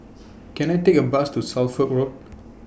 Can I Take A Bus to Suffolk Road